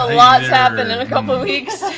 lot's happened in a couple weeks,